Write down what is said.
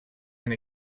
and